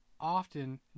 often